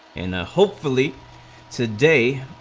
in a hopefully today,